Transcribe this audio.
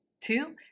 Two